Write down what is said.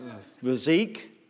physique